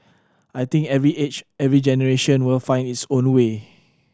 I think every age every generation will find its own way